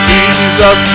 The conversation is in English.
Jesus